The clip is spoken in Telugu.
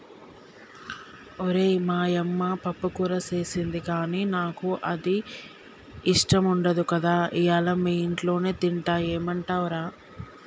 ఓరై మా యమ్మ పప్పుకూర సేసింది గానీ నాకు అది ఇష్టం ఉండదు కదా ఇయ్యల మీ ఇంట్లోనే తింటా ఏమంటవ్ రా